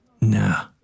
Nah